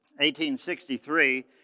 1863